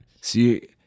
see